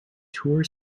tour